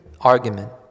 argument